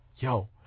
Yo